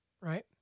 Right